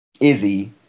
Izzy